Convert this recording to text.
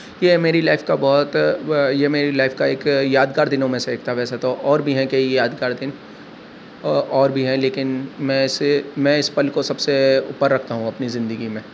یہ میری لائف کا بہت یہ میری لائف کا ایک یادگار دنوں میں سے ایک تھا ویسے تو اور بھی ہیں کئی یادگار دن اور بھی لیکن میں اسے میں اس پل کو سب سے اوپر رکھتا ہوں اپنی زندگی میں